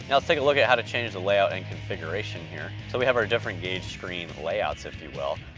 let's take a look at how to change the layout and configuration here. so we have our different gauge screen layouts, if you will,